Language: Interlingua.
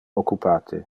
occupate